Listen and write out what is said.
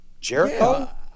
Jericho